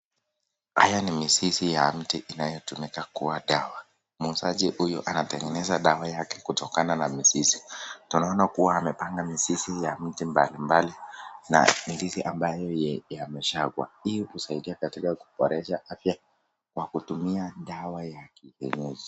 Hii ni mizizi ya miti inayotumika kuwa dawa. Muuzaji huyu anatengeneza dawa yake kutokana na mizizi. Tunaona kuwa amepanga mizizi ya miti mbali mbali na ingine ambayo yamesagwa. Hii husaidia katika kuboresha afya kwa kutumia dawa ya kienyeji.